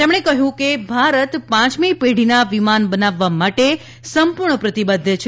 તેમણે કહ્યું ભારત પાંચમી પેઢીના વિમાન બનાવવા માટે સંપૂર્ણ પ્રતિબદ્ધ છે